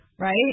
Right